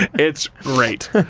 it's great.